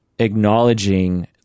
acknowledging